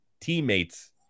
teammates